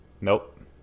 Nope